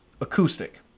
Acoustic